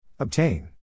Obtain